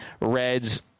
Reds